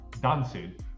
dancing